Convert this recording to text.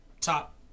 top